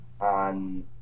on